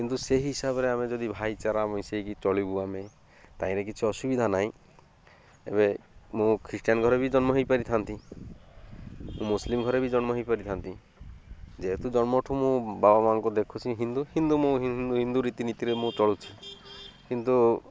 କିନ୍ତୁ ସେହି ହିସାବରେ ଆମେ ଯଦି ଭାଇଚାରା ମିଶେଇକି ଚଳିବୁ ଆମେ ତାହିଁରେ କିଛି ଅସୁବିଧା ନାହିଁ ଏବେ ମୁଁ ଖ୍ରୀଷ୍ଟିଆନ ଘରେ ବି ଜନ୍ମ ହେଇପାରିଥାନ୍ତି ମୁସଲିମ ଘରେ ବି ଜନ୍ମ ହେଇପାରିଥାନ୍ତି ଯେହେତୁ ଜନ୍ମ ଠୁ ମୁଁ ବାବା ମାଆଙ୍କୁ ଦେଖୁଛି ହିନ୍ଦୁ ହିନ୍ଦୁ ମୁଁ ହିନ୍ଦୁ ରୀତିନୀତିରେ ମୁଁ ଚଳୁଛି କିନ୍ତୁ